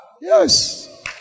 Yes